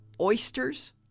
oysters